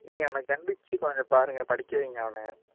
நீங்கள் அவனை கண்டித்து கொஞ்சம் பாருங்கள் படிக்க வைங்க அவனை